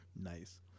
Nice